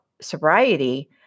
sobriety